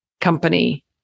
company